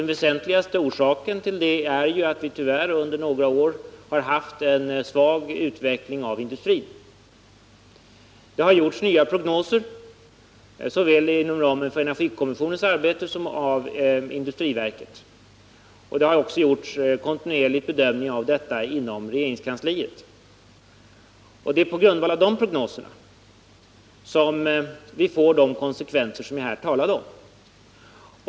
Den väsentligaste orsaken härtill är att vi under några år tyvärr har haft en svag utveckling av industrin. Det har gjorts nya prognoser såväl inom ramen för energikommissionens arbete som av industriverket. Man har också kontinuerligt gjort bedömningar av prognoser inom regeringskansliet. Det är dessa prognoser som visar att vi kommer att få de konsekvenser som jag här talade om.